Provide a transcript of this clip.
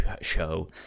show